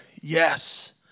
yes